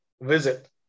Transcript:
visit